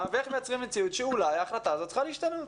ואיך מייצרים מציאות שאולי ההחלטה הזאת צריכה להשתנות.